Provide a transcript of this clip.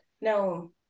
no